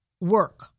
work